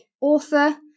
author